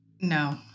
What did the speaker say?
No